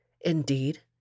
Indeed